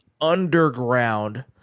underground